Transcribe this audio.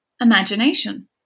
imagination